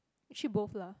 shift both lah